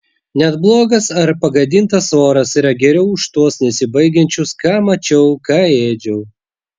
net blogas ar pagadintas oras yra geriau už tuos nesibaigiančius ką mačiau ką ėdžiau